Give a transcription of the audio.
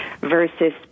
versus